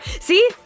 see